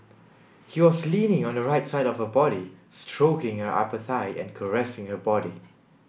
he was leaning on the right side of her body stroking her upper thigh and caressing her body